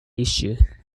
issue